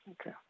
Okay